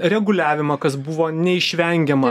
reguliavimą kas buvo neišvengiama